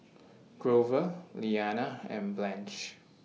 Grover Liana and Blanche